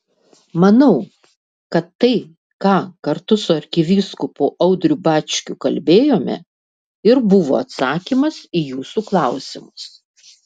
manau kad tai ką kartu su arkivyskupu audriu bačkiu kalbėjome ir buvo atsakymas į jūsų klausimus